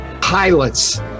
pilots